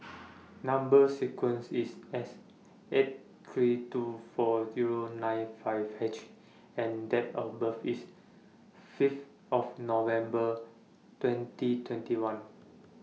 Number sequence IS S eight three two four Zero nine five H and Date of birth IS Fifth of November twenty twenty one